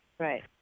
Right